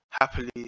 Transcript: happily